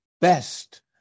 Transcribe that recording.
best